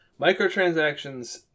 Microtransactions